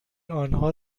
آنها